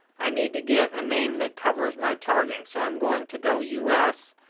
i need to get a name that covers my targeting. so, i'm going to go us,